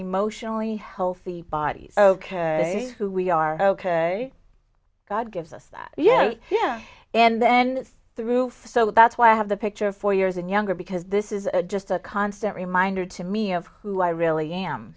emotionally healthy bodies ok who we are ok god gives us that yeah yeah and then the roof so that's why i have the picture for years and younger because this is just a constant reminder to me of who i really am